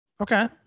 Okay